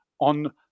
on